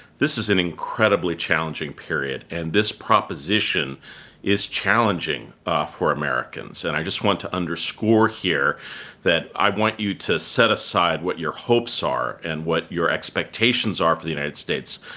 this is an incredibly challenging period and this proposition is challenging ah for americans. and i just want to underscore here that i want you to set aside what your hopes are, and what your expectations are for the united states,